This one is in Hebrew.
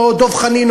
או דב חנין,